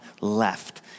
left